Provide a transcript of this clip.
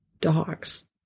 dogs